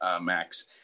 Max